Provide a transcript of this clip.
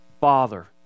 Father